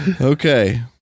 Okay